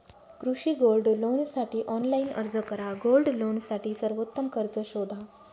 कृषी गोल्ड लोनसाठी ऑनलाइन अर्ज करा गोल्ड लोनसाठी सर्वोत्तम कर्ज शोधा